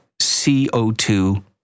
CO2